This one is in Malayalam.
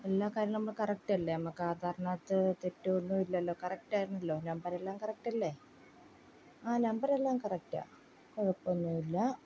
എല്ലാ കാര്യവും നമുക്ക് കറക്റ്റല്ലെ നമുക്കാധാറിനകത്ത് തെറ്റ് ഒന്നും ഇല്ലല്ലോ കറക്റ്റായിരുന്നല്ലലോ നമ്പറെല്ലാം കറക്റ്റല്ലെ ആ നമ്പറെല്ലാം കറക്റ്റാണ് കുഴപ്പമൊന്നും ഇല്ല